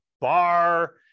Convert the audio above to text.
bar